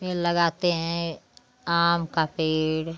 पेड़ लगाते हैं आम का पेड़